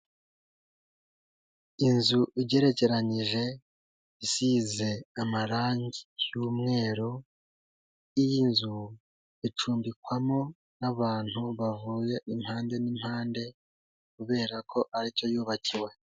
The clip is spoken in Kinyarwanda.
Inzu igerekeranyije isize amarangi y'umweru, iyi nzu icumbikwamo n'abantu bavuye impande n'impande kubera ko ari cyo yubakiwe.